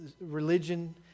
religion